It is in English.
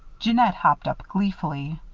jeannette hopped up, gleefully.